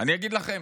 אני אגיד לכם: